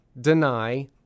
deny